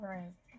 Right